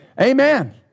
Amen